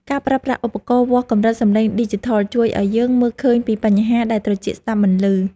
ការប្រើប្រាស់ឧបករណ៍វាស់កម្រិតសំឡេងឌីជីថលជួយឱ្យយើងមើលឃើញពីបញ្ហាដែលត្រចៀកស្ដាប់មិនឮ។